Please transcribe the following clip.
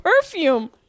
perfume